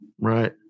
Right